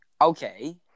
Okay